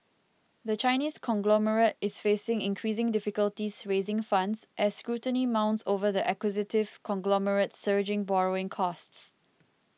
the Chinese conglomerate is facing increasing difficulties raising funds as scrutiny mounts over the acquisitive conglomerate's surging borrowing costs